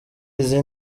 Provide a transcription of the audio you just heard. izi